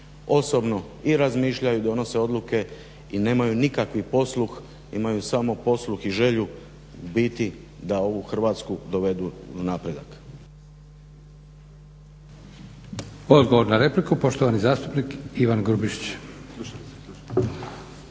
osobno i razmišljaju i donose odluke i nemaju nikakvi posluh, imaju samo posluh i želju u biti da ovu Hrvatsku **Leko, Josip